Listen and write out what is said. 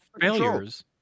failures